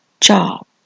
job